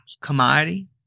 commodity